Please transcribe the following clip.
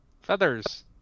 feathers